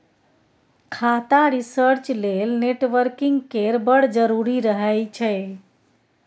खाता रिसर्च लेल नेटवर्किंग केर बड़ जरुरी रहय छै